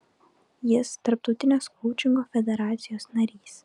jis tarptautinės koučingo federacijos narys